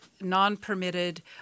non-permitted